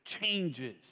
changes